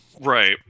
right